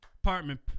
apartment